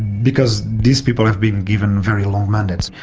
because these people have been given very long mandates,